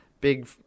big